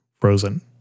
Frozen